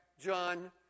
John